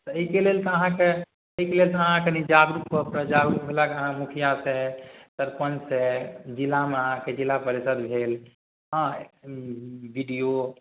तऽ एहिके लेल तऽ अहाँके एहिके लेल तऽ अहाँ कनि जागरूक भऽ पड़त जागरूक भेलाके अहाँ मुखिआसे सरपञ्चसे जिलामे अहाँके जिला परिषद भेल हँ बी डी ओ